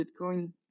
bitcoin